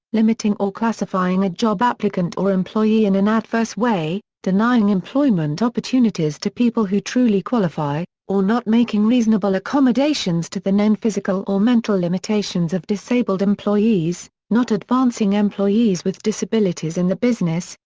limiting or classifying a job applicant or employee in an adverse way, denying employment opportunities to people who truly qualify, or not making reasonable accommodations to the known physical or mental limitations of disabled employees, not advancing employees with disabilities in the business,